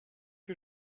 que